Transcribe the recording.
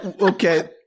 Okay